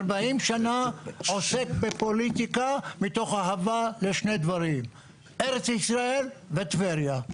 40 שנה עוסק בפוליטיקה מתוך אהבה לשני דברים: ארץ ישראל וטבריה.